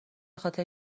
خاطر